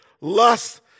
lust